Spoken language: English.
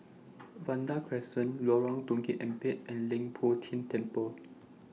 Vanda Crescent Lorong Tukang Empat and Leng Poh Tian Temple